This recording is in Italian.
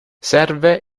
serve